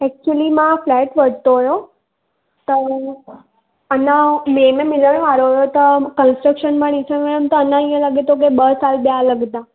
actually मां flat वरितो हुयो त अञा मे में मिलणु वारो हुयो त कंनस्ट्रक्शन मां ॾिसणु वयमि त अञा हीअं लॻे थो पियो ॿ साल ॿिया लॻंदा